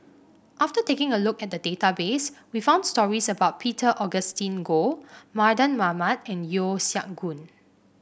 after taking a look at the database we found stories about Peter Augustine Goh Mardan Mamat and Yeo Siak Goon